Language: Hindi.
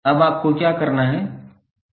अब आपको क्या करना है